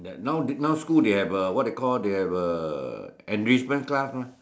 that now they school they have the what they call they have the enrichment class Ma